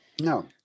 No